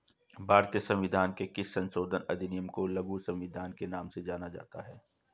भारतीय संविधान के किस संशोधन अधिनियम को लघु संविधान के नाम से जाना जाता है?